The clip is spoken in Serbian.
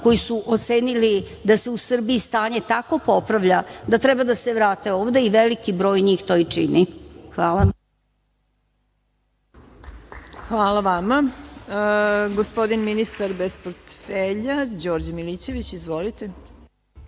koji su ocenili da se u Srbiji stanje tako popravlja da treba da se vrate ovde i veliki broj njih to i čini. Hvala. **Marina Raguš** Hvala vama. Gospodin ministar bez portfelja, Đorđe Milićević. Izvolite.